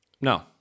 No